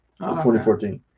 2014